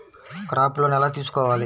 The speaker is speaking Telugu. క్రాప్ లోన్ ఎలా తీసుకోవాలి?